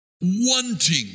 wanting